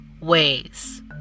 ways